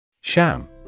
Sham